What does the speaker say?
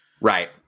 Right